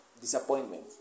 Disappointment